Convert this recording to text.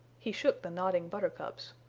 he shook the nodding buttercups.